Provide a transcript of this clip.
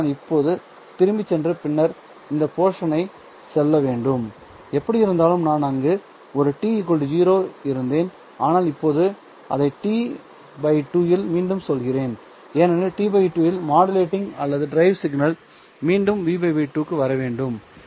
எனவே நான் இப்போது திரும்பிச் சென்று பின்னர் இந்த போஷனுக்குச் செல்ல வேண்டும் எப்படியிருந்தாலும் நான் அங்கு ஒரு T 0 இருந்தேன் ஆனால் இப்போது நான் அதை T 2 இல் மீண்டும் சொல்கிறேன் ஏனெனில் T 2 இல் மாடுலேட்டிங் அல்லது டிரைவ் சிக்னல் மீண்டும் Vπ 2 க்கு வர வேண்டும்